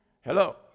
Hello